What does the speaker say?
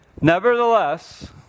Nevertheless